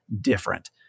different